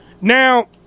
Now